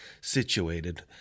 situated